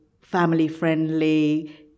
family-friendly